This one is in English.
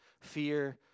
fear